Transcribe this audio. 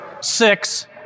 six